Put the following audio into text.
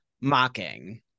mocking